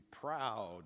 proud